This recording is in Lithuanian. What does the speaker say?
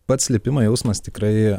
pats lipimo jausmas tikrai